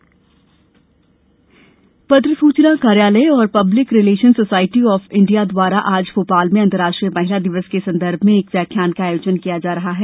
व्याख्यान पत्र सूचना कार्यालय और public relations society of India द्वारा आज भोपाल में अंतर्राष्ट्रीय महिला दिवस के संदर्भ में एक व्याख्यान का आयोजन किया जा रहा है